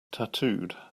tattooed